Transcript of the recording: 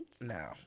No